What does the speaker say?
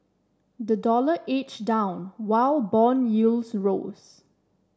the dollar edged down while bond yields rose